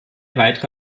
weitere